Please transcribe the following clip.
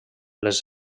les